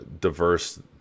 diverse